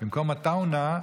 במקום עטאונה,